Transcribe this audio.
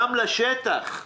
גם לשטח,